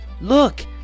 Look